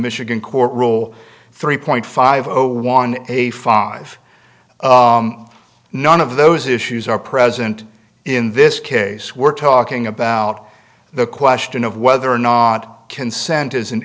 michigan court rule three point five zero one a five none of those issues are present in this case we're talking about the question of whether or not consent is